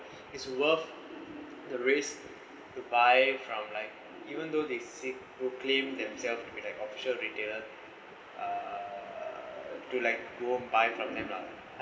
it's worth the risk to buy from like even though they seek proclaim themselves to be like official retailer uh to like go buy from them lah